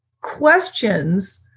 questions